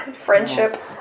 Friendship